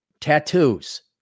tattoos